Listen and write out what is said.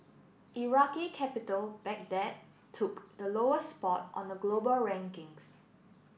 Iraqi capital Baghdad took the lowest spot on the global rankings